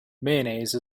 mayonnaise